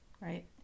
right